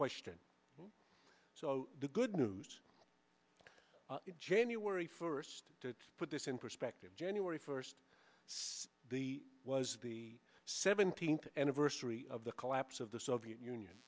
question so the good news january first to put this in perspective january first says the was the seventeenth anniversary of the collapse of the soviet union